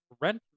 rent